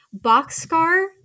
Boxcar